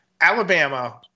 Alabama